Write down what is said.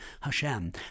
Hashem